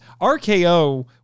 rko